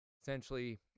Essentially